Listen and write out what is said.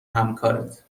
همکارت